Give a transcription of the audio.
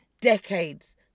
decades